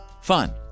Fun